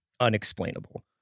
unexplainable